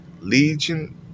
Legion